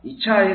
इच्छा आहे का